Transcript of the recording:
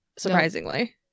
surprisingly